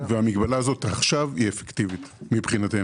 ורציתי לציין שהמגבלה הזאת עכשיו אפקטיבית מבחינתנו.